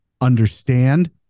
understand